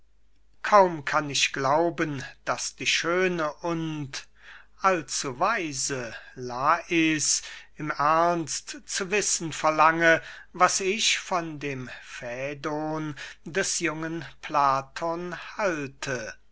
kaum kann ich glauben daß die schöne und allzuweise lais im ernst zu wissen verlange was ich von dem fädon des jungen plato halte